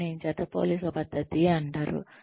దీనిని జత పోలిక పద్ధతి అంటారు